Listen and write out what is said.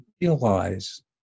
realize